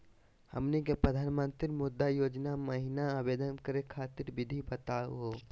हमनी के प्रधानमंत्री मुद्रा योजना महिना आवेदन करे खातीर विधि बताही हो?